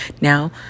Now